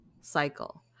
cycle